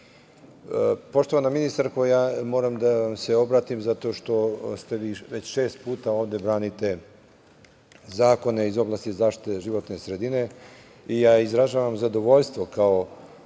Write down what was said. sredine. Poštovana ministarko, ja moram da vam se obratim zato što ste vi već šesti put ovde, branite zakone iz oblasti zaštite životne sredine i ja izražavam zadovoljstvo, kao